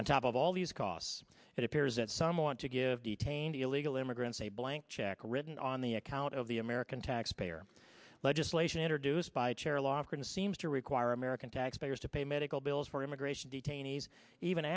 on top of all these costs it appears that some want to give detained illegal immigrants a blank check written on the account of the american taxpayer legislation introduced by charulata seems to require american taxpayers to pay medical bills for immigration detainees even